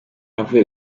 avuye